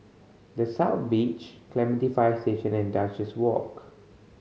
The South Beach Clementi Fire Station and Duchess Walk